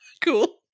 Cool